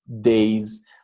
days